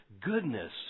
goodness